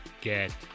get